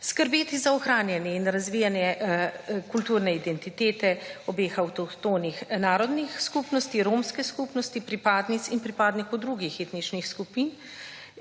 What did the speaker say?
skrbeti za ohranjanje in razvijanje kulturne identitete obeh avtohtonih narodnih skupnosti, romske skupnosti, pripadnic in pripadnikov drugih etničnih skupin